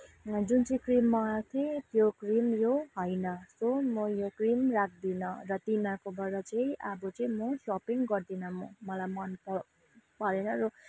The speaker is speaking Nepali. जुन चाहिँ क्रिम मगाएको थिएँ त्यो क्रिम यो होइन सो म यो क्रिम राख्दिनँ र तिमीहरूकोबाट चाहिँ अब चाहिँ म सपिङ गर्दिनँ म मलाई मन परेन